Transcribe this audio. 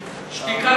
חבר הכנסת שמולי,